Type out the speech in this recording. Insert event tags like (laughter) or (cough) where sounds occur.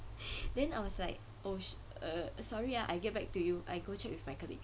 (laughs) then I was like oh s~ err sorry ah I get back to you I go check with my colleague